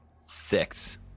Six